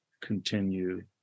continue